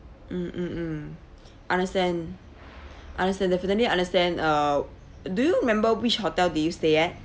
mm mm mm understand understand definitely understand uh do you remember which hotel did you stay at